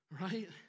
right